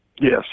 yes